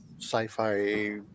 sci-fi